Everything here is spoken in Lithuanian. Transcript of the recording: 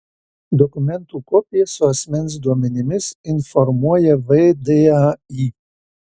dokumentų kopijos su asmens duomenimis informuoja vdai